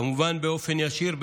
כמובן באופן ישיר,